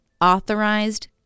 authorized